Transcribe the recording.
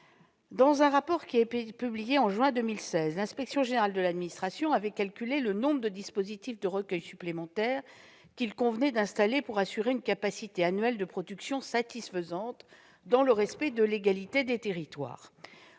Dans un rapport publié en juin 2016, l'Inspection générale de l'administration avait calculé le nombre de dispositifs de recueil supplémentaires qu'il convenait d'installer pour assurer une capacité annuelle de production satisfaisante, dans le respect de l'égalité des territoires.